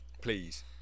please